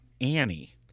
annie